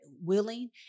willing